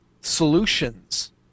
solutions